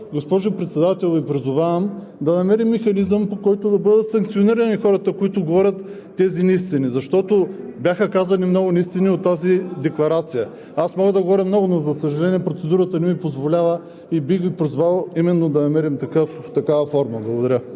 госпожо Председател, Ви призовавам да намерим механизъм, по който да бъдат санкционирани хората, които говорят тези неистини, защото бяха казани много неистини в тази декларация. Мога да говоря много, но, за съжаление, процедурата не ми позволява, и бих Ви призовал именно да намерим такава форма. Благодаря.